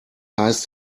heißt